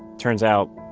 turns out.